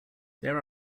there